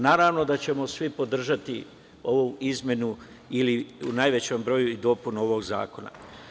Naravno da ćemo svi podržati ovu izmenu ili u najvećem broju i dopunu ovog zakona.